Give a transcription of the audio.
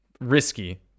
risky